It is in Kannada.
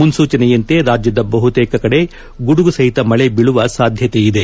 ಮುನ್ಸೂಚನೆಯಂತೆ ರಾಜ್ಯದ ಬಹುತೇಕ ಗುಡುಗು ಸಹಿತ ಮಳೆ ಬೀಳುವ ಸಾಧ್ಯತೆ ಇದೆ